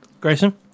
Grayson